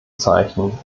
zeichnen